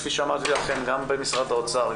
כפי שאמרתי לכם גם במשרד האוצר,